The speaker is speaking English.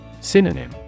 Synonym